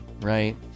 right